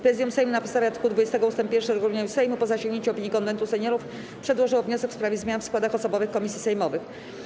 Prezydium Sejmu na podstawie art. 20 ust. 1 regulaminu Sejmu, po zasięgnięciu opinii Konwentu Seniorów, przedłożyło wniosek w sprawie zmian w składach osobowych komisji sejmowych.